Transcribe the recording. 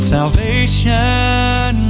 Salvation